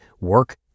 work